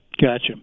Gotcha